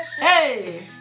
Hey